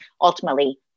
ultimately